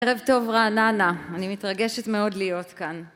ערב טוב רעננה, אני מתרגשת מאוד להיות כאן.